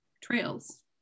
trails